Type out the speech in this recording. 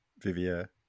vivier